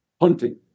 hunting